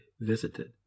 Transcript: visited